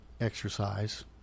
exercise